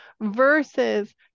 Versus